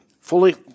Fully